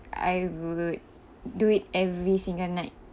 I would do it every single night